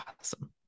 awesome